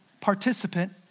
participant